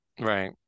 Right